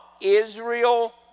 Israel